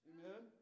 Amen